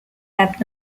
lab